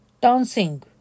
Dancing